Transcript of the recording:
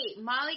Molly